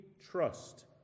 trust